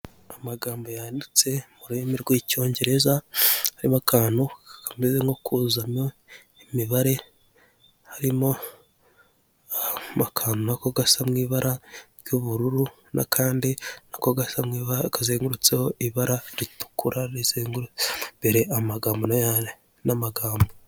Amagambo yanditse mu rurimi rw'icyongereza, n'akantu gakomeye nko kuzana imibare, harimo akantu na ko gasa nka ibara ry'ubururu n'akandi ako kazengurutseho ibara ritukura risengurutse imbere n'amagambo.